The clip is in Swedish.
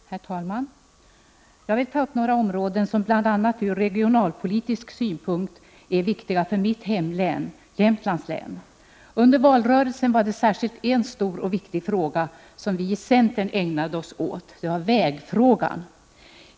Herr talman! Jag vill ta upp några områden, som bl.a. ur regionalpolitisk synpunkt är viktiga för mitt hemlän, Jämtlands län. Under valrörelsen var det särskilt en stor och viktig fråga som vi i centern ägnade oss åt. Det var vägfrågan.